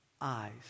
eyes